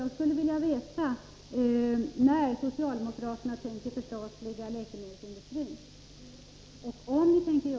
Jag skulle vilja veta om och i så fall när socialdemokraterna tänker förstatliga läkemedelsindustrin.